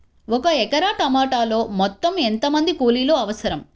ఒక ఎకరా టమాటలో మొత్తం ఎంత మంది కూలీలు అవసరం?